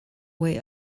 way